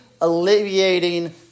alleviating